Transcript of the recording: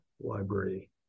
library